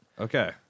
Okay